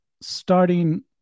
starting